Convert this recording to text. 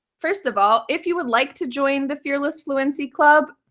first of all, if you would like to join the fearless fluency club,